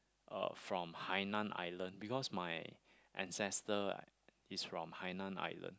uh from Hai-nan Island because my ancestor right is from Hai-nan Island